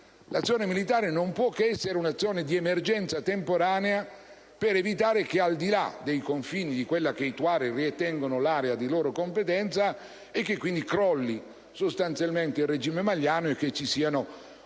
L'azione militare non può che essere una risposta all'emergenza temporanea per evitare che, al di là dei confini di quella che i Tuareg ritengono sia l'area di loro competenza, crolli sostanzialmente il regime maliano e vi siano